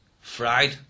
fried